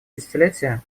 десятилетие